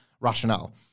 rationale